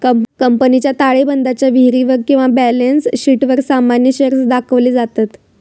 कंपनीच्या ताळेबंदाच्या वहीवर किंवा बॅलन्स शीटवर सामान्य शेअर्स दाखवले जातत